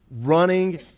running